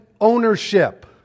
ownership